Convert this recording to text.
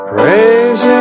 Praise